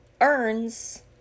earns